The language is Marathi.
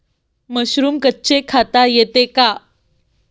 मशरूम कच्चे खाता येते का?